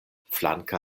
flanke